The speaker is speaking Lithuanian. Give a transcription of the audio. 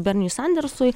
berniui sandersui